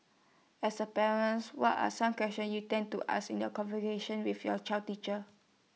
as A parents what are some questions you tend to ask in your conversations with your child's teacher